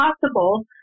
possible